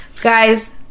Guys